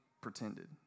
pretended